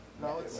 No